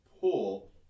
pull